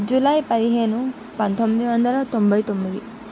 July పదిహేను పంతొమ్మిది వందల తొంభై తొమ్మిది